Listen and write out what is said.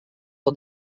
for